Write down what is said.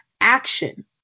Action